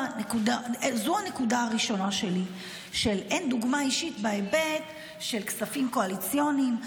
זו הנקודה הראשונה שלי של אין דוגמה אישית בהיבט של כספים קואליציוניים,